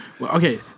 okay